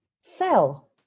sell